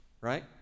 right